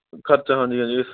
ਖਰਚਾ ਹਾਂਜੀ ਹਾਂਜੀ